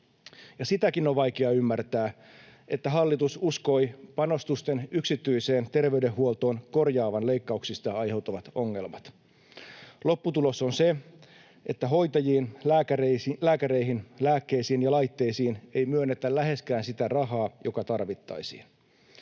Sitäkin on vaikea ymmärtää, että hallitus uskoi panostusten yksityiseen terveydenhuoltoon korjaavan leikkauksista aiheutuvat ongelmat. Lopputulos on se, että hoitajiin, lääkäreihin, lääkkeisiin ja laitteisiin ei myönnetä läheskään sitä rahaa, joka tarvittaisiin.